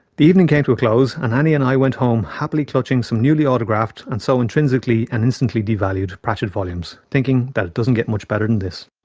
the evening came to a close and annie and i went home happily clutching some newly autographed and so intrinsically and instantly devalued, pratchett volumes, thinking it doesn't get much better than this.